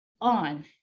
on